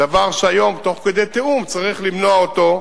דבר שהיום, תוך כדי תיאום, צריך למנוע אותו.